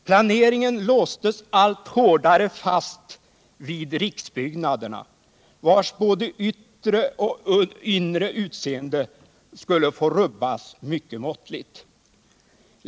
Planeringen låstes allt hårdare fast vid riksbyggnaderna, vilkas både yttre och inre utseende skulle få rubbas mycket måttligt.